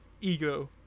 ego